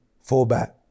fullback